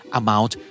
amount